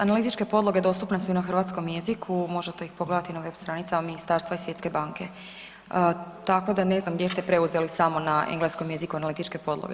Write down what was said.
Analitičke podloge dostupne su i na hrvatskom jeziku možete ih pogledati na web stranicama ministarstva i Svjetske banke tako da ne znam gdje ste preuzeli samo na engleskom jeziku analitičke podloge.